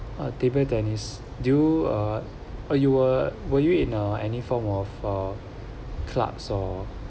uh table tennis do you uh you were were you in any form of uh clubs or